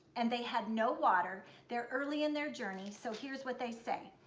and they had no water, they're early in their journey, so here's what they say.